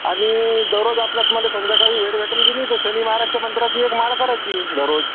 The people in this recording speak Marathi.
आणि दररोज आपल्याच मला संध्याकाळी वेळ भेटणं किली तर शनि महाराज मंत्राची एक माळ करायची दररोज